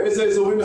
באיזה אזורים.